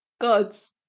Gods